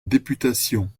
députation